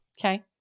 Okay